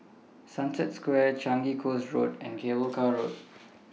Sunset Square Changi Coast Road and Cable Car Road